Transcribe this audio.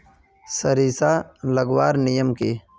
सरिसा लगवार नियम की?